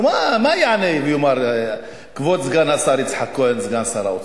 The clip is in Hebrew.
מה יענה כבוד סגן השר יצחק כהן, סגן שר האוצר?